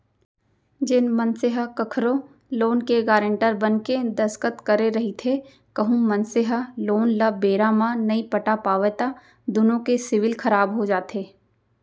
जेन मनसे ह कखरो लोन के गारेंटर बनके दस्कत करे रहिथे कहूं मनसे ह लोन ल बेरा म नइ पटा पावय त दुनो के सिविल खराब हो जाथे